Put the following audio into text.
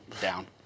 down